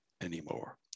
anymore